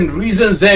reasons